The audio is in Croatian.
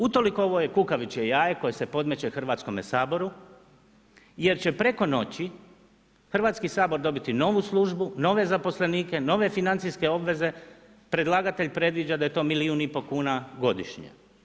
Utoliko, ovo je kukavičje jaje koja se podmeće Hrvatskome saboru jer će preko noći Hrvatski sabor dobiti novu službu, nove zaposlenike, nove financijske obveze, predlagatelj predviđa da je to milijun i pol kuna godišnje.